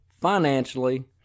financially